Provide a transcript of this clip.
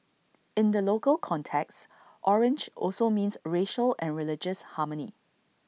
in the local context orange also means racial and religious harmony